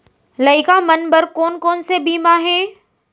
लइका मन बर कोन कोन से बीमा हे?